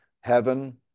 heaven